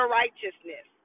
righteousness